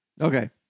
okay